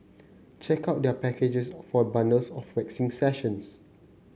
check out their packages for bundles of waxing sessions